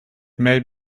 made